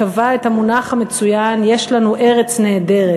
טבע את המונח המצוין: יש לנו ארץ נהדרת.